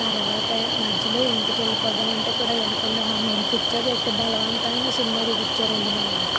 తర్వాత మధ్యలో ఇంటికెళ్ళిపోదామంటే కూడా వినకుండా మమ్మల్ని కూర్చోబెట్టి బలవంతాన సినిమా చూపించారండి మా వారు